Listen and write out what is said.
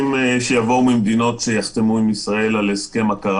אנשים שיבואו ממדינות שיחתמו עם ישראל על הסכם הכרה